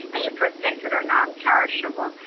and you put things that are non perishable.